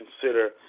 consider